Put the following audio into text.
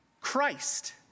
Christ